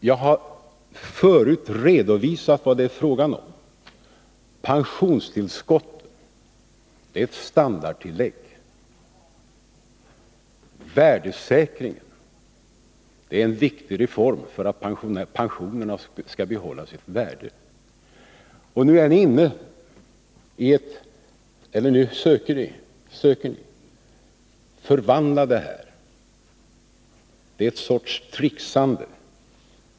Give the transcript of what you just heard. Jag har förut redovisat vad det är fråga om: pensionstillskott är ett standardtillägg, men värdesäkring är en reform som är viktig för att pensionerna skall behålla sitt värde. Nu försöker ni blanda samman dessa begrepp. Det är en sorts trixande.